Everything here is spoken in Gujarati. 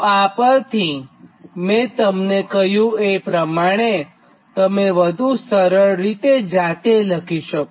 તોઆ પરથી મેં તમને કહ્યું એ પ્રમાણે તમે વધું સરળ રીતે જાતે લખી શકો